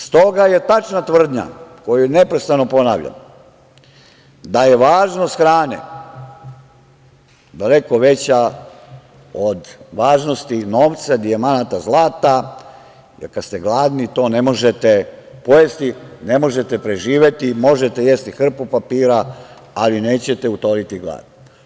Stoga je tačna tvrdnja koju neprestano ponavljam da je važnost hrane daleko veća od važnosti novca, dijamanata, zlata, jer kad ste gladni to ne možete pojesti, ne možete preživeti, možete jesti hrpu papira, ali nećete utoliti glad.